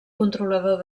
controlador